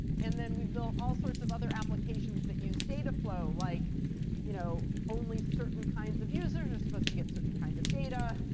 and then we've built all sorts of other applications that use data flow, like you know only certain kinds of users are supposed to get certain kinds of data.